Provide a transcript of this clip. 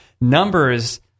numbers